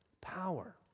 power